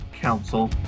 council